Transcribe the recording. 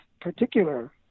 particular